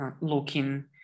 looking